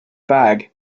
bag